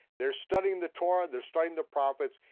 they're studying the torah, they're studying the prophets,